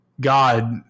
God